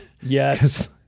yes